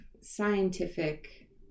scientific